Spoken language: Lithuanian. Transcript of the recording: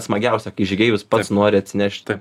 smagiausia kai žygeivis pats nori atsinešti